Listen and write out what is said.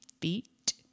feet